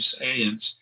aliens